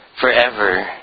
forever